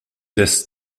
des